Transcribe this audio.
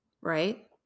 right